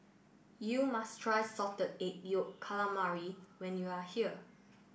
you must try Salted Egg Yolk Calamari when you are here